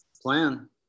Plan